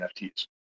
NFTs